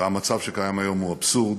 והמצב שקיים היום הוא אבסורד.